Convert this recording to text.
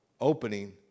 opening